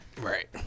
Right